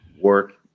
work